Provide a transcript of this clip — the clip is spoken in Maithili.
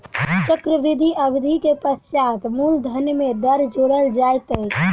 चक्रवृद्धि अवधि के पश्चात मूलधन में दर जोड़ल जाइत अछि